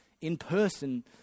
in-person